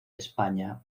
españa